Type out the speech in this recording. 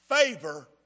Favor